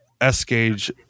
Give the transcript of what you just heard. S-gauge